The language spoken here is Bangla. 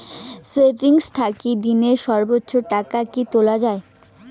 সেভিঙ্গস থাকি দিনে সর্বোচ্চ টাকা কি তুলা য়ায়?